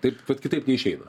taip vat kitaip neišeina